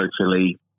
socially